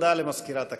הודעה למזכירת הכנסת.